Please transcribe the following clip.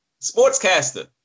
sportscaster